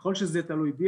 ככל שזה תלוי בי,